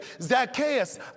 Zacchaeus